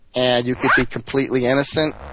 and you could be completely innocent,